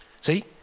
See